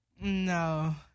No